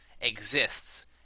exists